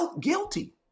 guilty